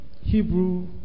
Hebrew